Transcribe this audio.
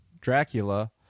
Dracula